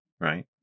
right